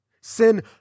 Sin